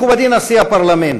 מכובדי נשיא הפרלמנט,